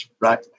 Right